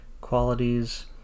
qualities